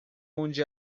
onde